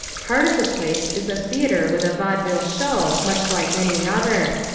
part of the place is a theater with a vaudeville show much like any other.